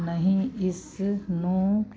ਨਹੀਂ ਇਸ ਨੂੰ